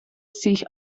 sich